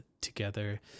together